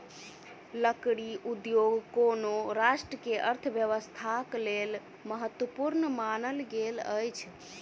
लकड़ी उद्योग कोनो राष्ट्र के अर्थव्यवस्थाक लेल महत्वपूर्ण मानल गेल अछि